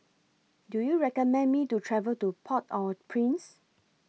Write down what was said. Do YOU recommend Me to travel to Port Au Prince